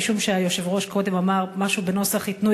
משום שהיושב-ראש קודם אמר משהו בנוסח: ייתנו,